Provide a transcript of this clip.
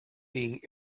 being